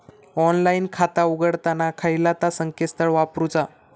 Online खाता उघडताना खयला ता संकेतस्थळ वापरूचा?